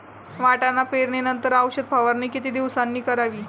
वाटाणा पेरणी नंतर औषध फवारणी किती दिवसांनी करावी?